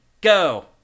go